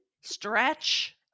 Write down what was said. stretch